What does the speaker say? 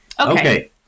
Okay